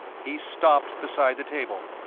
he stopped beside the table.